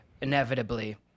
inevitably